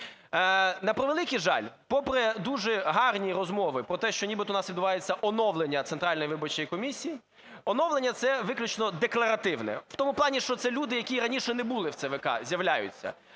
На превеликий жаль, попри дуже гарні розмови про те, що нібито у нас відбувається оновлення Центральної виборчої комісії, оновлення це виключно декларативне в тому плані, що це люди, які раніше не були в ЦВК, з'являються.